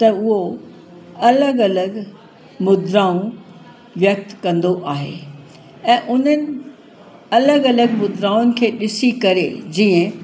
त उहो अलॻि अलॻि मुद्राऊं व्यक्त कंदो आहे ऐं उन्हनि अलॻि अलॻि मुद्राउनि खे ॾिसी करे जीअं